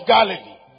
Galilee